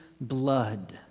blood